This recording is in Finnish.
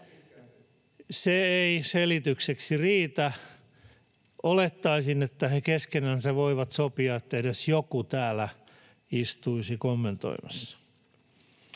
Se ei selitykseksi riitä. Olettaisin, että he keskenänsä voivat sopia, että edes joku täällä istuisi kommentoimassa.